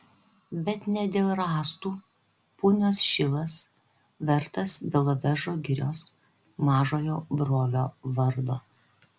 bet ne dėl rąstų punios šilas vertas belovežo girios mažojo brolio vardo